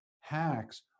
hacks